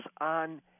on